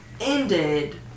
ended